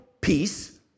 peace